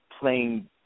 playing